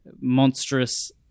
monstrous